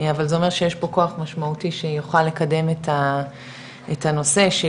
אבל זה אומר שיש פה כוח משמעותי שיוכל לקדם את הנושא של